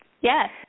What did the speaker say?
Yes